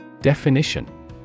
Definition